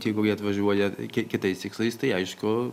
jeigu jie atvažiuoja kiek kitais tikslais tai aišku